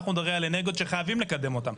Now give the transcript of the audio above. אנחנו מדברים על אנרגיות שחייבים לקדם אותן,